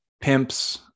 pimps